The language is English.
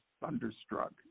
Thunderstruck